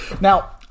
now